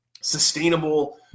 sustainable